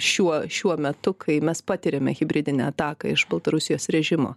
šiuo šiuo metu kai mes patiriame hibridinę ataką iš baltarusijos režimo